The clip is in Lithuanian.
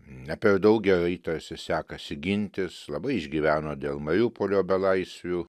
ne per daug gerai tarsi sekasi gintis labai išgyvena dėl mariupolio belaisvių